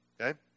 okay